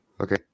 okay